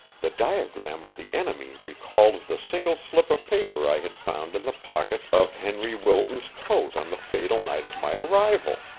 the diagram of the enemy recalled the single slip of paper i had found in the pocket of henry wilton's coat on the fatal night of my arrival.